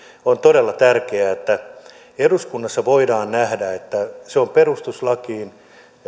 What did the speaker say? on todella tärkeää että eduskunnassa voidaan nähdä että se on perustuslakiin